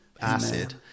acid